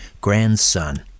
grandson